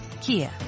Kia